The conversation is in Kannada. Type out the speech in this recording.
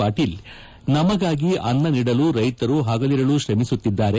ಪಾಟೀಲ್ ನಮಗಾಗಿ ಅನ್ನ ನೀಡಲು ರೈತರು ಹಗಲಿರುಳು ಶ್ರಮಿಸುತ್ತಿದ್ದಾರೆ